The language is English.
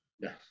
Yes